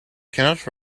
cannot